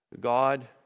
God